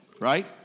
right